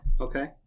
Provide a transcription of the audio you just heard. okay